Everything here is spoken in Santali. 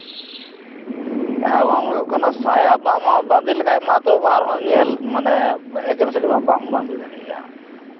ᱮᱵᱚᱝ ᱦᱳᱭᱳᱜ ᱠᱟᱱᱟ ᱥᱟᱭᱟ ᱵᱟᱢ ᱵᱟᱫᱮᱸ ᱞᱮᱠᱷᱟᱱ ᱢᱟᱛᱚ ᱟᱨᱦᱚᱸ ᱧᱮᱞ ᱮᱠᱮᱱ ᱥᱟᱹᱲᱤ ᱢᱟ ᱵᱟᱢ ᱵᱟᱫᱮᱸ ᱫᱟᱲᱮᱭᱟᱜᱼᱟ